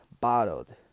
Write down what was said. bottled